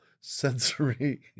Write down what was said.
sensory